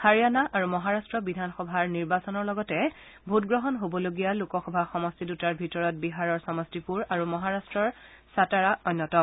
হাৰিয়ানা আৰু মহাৰাট্ট বিধানসভাৰ নিৰ্বাচনৰ লগতে ভোটগ্ৰহণ হবলগীয়া লোকসভা সমষ্টি দুটাৰ ভিতৰত বিহাৰৰ সমষ্টিপূৰ আৰু মহাৰাষ্টৰ ছাটাৰা অন্যতম